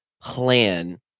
plan